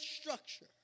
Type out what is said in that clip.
structure